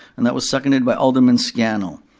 and that was seconded by alderman scannell.